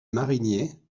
marinier